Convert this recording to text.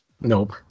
Nope